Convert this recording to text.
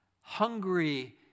hungry